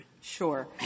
Sure